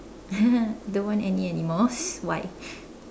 don't what any animals why